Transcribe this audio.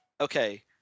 Okay